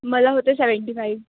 मला होते seventy five